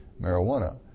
marijuana